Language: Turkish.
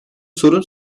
sorun